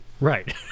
Right